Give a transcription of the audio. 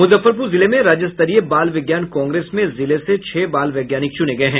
मुजफ्फरपुर जिले में राज्य स्तरीय बाल विज्ञान कांग्रेस में जिले से छह बाल वैज्ञानिक चुने गये हैं